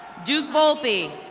duke holby.